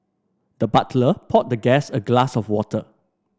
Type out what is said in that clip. the butler poured the guest a glass of water